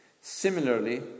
Similarly